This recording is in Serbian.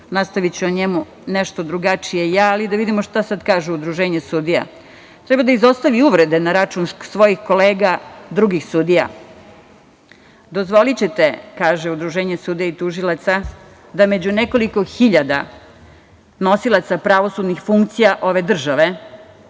nastaviću o njemu nešto drugačije ja, ali da vidimo šta sad kaže Udruženje sudija – Treba da izostavi uvrede na račun svojih kolega, drugih sudija. Dozvolićete, kaže Udruženje sudija i tužilaca, da među nekoliko hiljada nosilaca pravosudnih funkcija ove države,